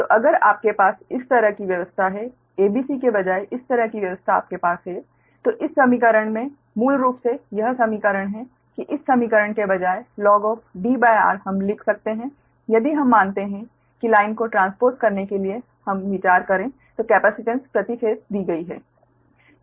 तो अगर आपके पास इस तरह की व्यवस्था है a b c के बजाय इस तरह की व्यवस्था आपके पास है तो इस समीकरण में मूल रूप से यह समीकरण है कि इस समीकरण के बजाय log Dr हम लिख सकते हैं यदि हम मानते हैं कि लाइन को ट्रांसपोस करने के लिए विचार करें तो कैपेसिटेंस प्रति फेस दी गई है